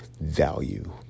value